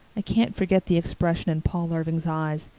i can't forget the expression in paul irving's eyes.